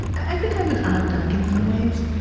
i think i'm an odd duck in some ways